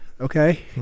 okay